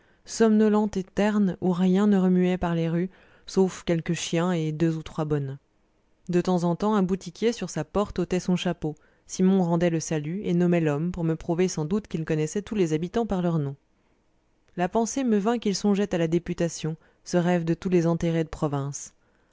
somnolente et terne où rien ne remuait par les rues sauf quelques chiens et deux ou trois bonnes de temps en temps un boutiquier sur sa porte ôtait son chapeau simon rendait le salut et nommait l'homme pour me prouver sans doute qu'il connaissait tous les habitants par leur nom la pensée me vint qu'il songeait à la députation ce rêve de tous les enterrés de province